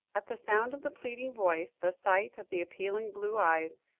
at the sound of the pleading voice, the sight of the appealing blue eyes,